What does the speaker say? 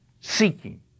seeking